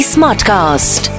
Smartcast